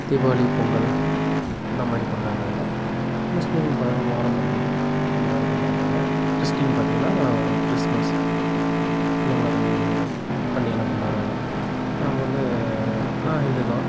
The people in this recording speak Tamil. தீபாவளி பொங்கல் இந்த மாதிரி கொண்டாடுறாங்க முஸ்லீம் ப மொகரம் பண்டிகை அந்த மாதிரி கொண்டாடுறாங்க கிறிஸ்டீன் பார்த்திங்கன்னா கிறிஸ்ட்மஸ் இந்த மாதிரி பண்டிகைலாம் கொண்டாடுறாங்க நம்ம வந்து நான் ஹிந்து தான்